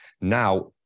now